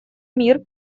мир